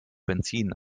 benzin